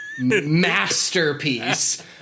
masterpiece